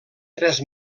tres